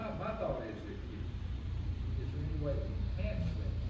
my thought is it it is there any way to enhance